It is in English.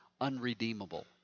unredeemable